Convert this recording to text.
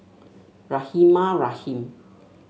Rahimah Rahim